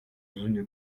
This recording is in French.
une